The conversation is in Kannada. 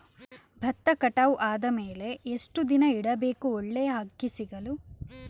ಭತ್ತ ಕಟಾವು ಆದಮೇಲೆ ಎಷ್ಟು ದಿನ ಇಡಬೇಕು ಒಳ್ಳೆಯ ಅಕ್ಕಿ ಸಿಗಲು?